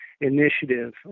initiative